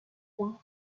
point